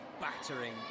battering